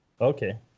Okay